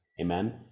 Amen